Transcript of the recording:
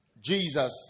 Jesus